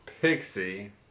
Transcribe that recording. Pixie